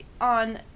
on